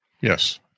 Yes